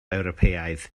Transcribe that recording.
ewropeaidd